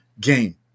game